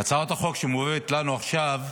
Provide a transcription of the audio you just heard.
הצעת החוק שמובאת לנו עכשיו,